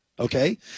Okay